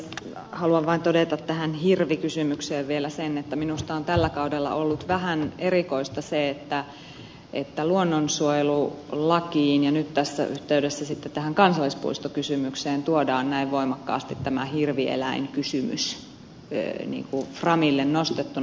haluan vain todeta tähän hirvikysymykseen vielä sen että minusta on tällä kaudella ollut vähän erikoista se että luonnonsuojelulakiin ja nyt tässä yhteydessä sitten tähän kansallispuistokysymykseen tuodaan näin voimakkaasti tämä hirvieläinkysymys framille nostettuna